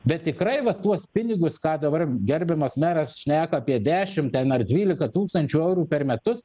bet tikrai va tuos pinigus ką dabar gerbiamas meras šneka apie dešim ten ar dvylika tūkstančių eurų per metus